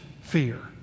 fear